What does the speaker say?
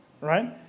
Right